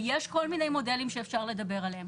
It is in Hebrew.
ויש כל מיני מודלים שאפשר לדבר עליהם.